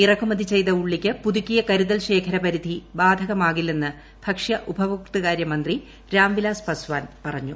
ഇറക്കുമതി ചെയ്ത ഉള്ളിക്ക് പുതുക്കിയ കരുതൽ ശേഖര പരിധി ബാധകമാകില്ലെന്ന് ഭക്ഷ്യ ഉപഭോക്തൃകാര്യ മന്ത്രി രാംവിലാസ് പസ്വാൻ പറഞ്ഞു